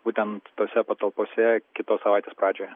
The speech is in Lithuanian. būtent tose patalpose kitos savaitės pradžioje